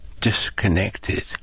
Disconnected